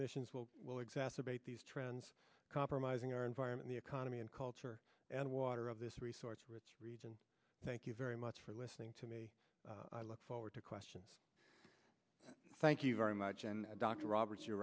emissions will will exacerbate these trends compromising our environment the economy and culture and water of this resource rich region thank you very much for listening to me i look forward to questions thank you very much and dr roberts you